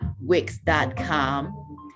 wix.com